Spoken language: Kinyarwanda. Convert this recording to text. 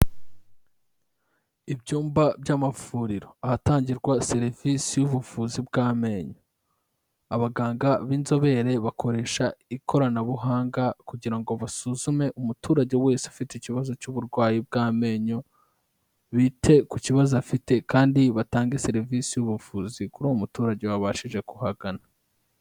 Ibyumba by'amavuriro, ahatangirwa serivisi y'ubuvuzi bw'amenyo, abaganga b'inzobere bakoresha ikoranabuhanga kugira ngo basuzume umuturage wese ufite ikibazo cy'uburwayi bw'amenyo, bite ku kibazo afite kandi batange serivisi y'ubuvuzi kuri uwo muturage wabashije kuhagana.